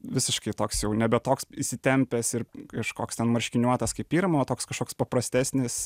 visiškai toks jau nebe toks įsitempęs ir kažkoks ten marškiniuotas kaip pirmą o toks kažkoks paprastesnis